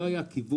לא היה כיוון,